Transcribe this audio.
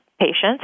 patients